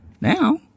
now